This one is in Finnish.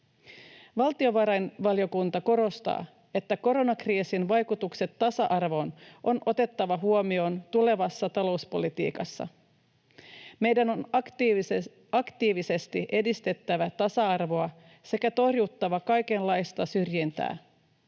Valtiovarainvaliokunta korostaa, että koronakriisin vaikutukset tasa-arvoon on otettava huomioon tulevassa talouspolitiikassa. Meidän on aktiivisesti edistettävä tasa-arvoa sekä torjuttava kaikenlaista syrjintää.